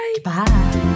Bye